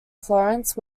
florence